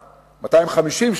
250,